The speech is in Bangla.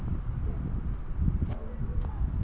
বর্ষা কালে কোন কোন কৃষি ভালো হয়?